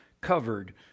covered